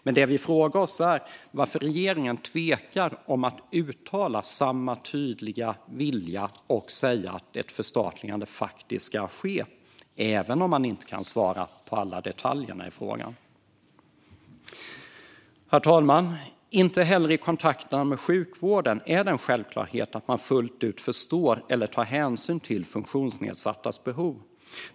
Men det vi frågar oss är varför regeringen tvekar om att uttala samma tydliga vilja och säga att ett förstatligande faktiskt ska ske, även om man inte kan svara på alla detaljer i frågan. Herr talman! Inte heller i kontakten med sjukvården är det en självklarhet att folk fullt ut förstår eller tar hänsyn till funktionsnedsattas behov.